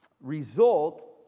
result